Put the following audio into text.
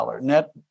net